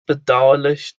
bedauerlich